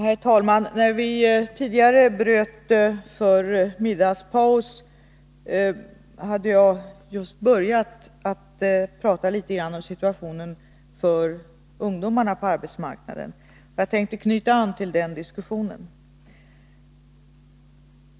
Herr talman! När vi avbröt debatten för middagspaus hade jag just börjat att tala om situationen för ungdomarna på arbetsmarknaden. Jag tänker nu knyta an till den diskussionen.